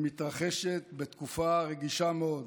היא מתרחשת בתקופה רגישה מאוד.